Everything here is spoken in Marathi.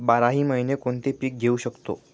बाराही महिने कोणते पीक घेवू शकतो?